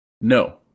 No